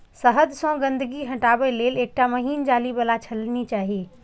शहद सं गंदगी हटाबै लेल एकटा महीन जाली बला छलनी चाही